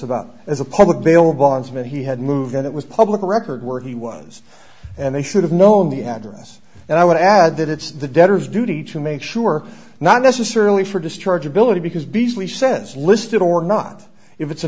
about as a public bill of bondsmen he had moved and it was public record where he was and they should have known the address and i would add that it's the debtor's duty to make sure not necessarily for discharge ability because beazley says listed or not if it's a